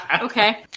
Okay